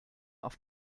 auf